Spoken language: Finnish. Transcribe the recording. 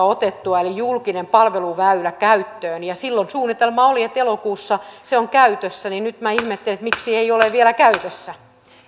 otettua eli julkisen palveluväylän käyttöön ja silloin suunnitelma oli että elokuussa se on käytössä niin nyt ihmettelen miksi se ei ole vielä käytössä